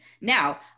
now